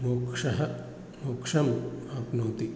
मोक्षः मोक्षं आप्नोति